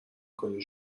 کنی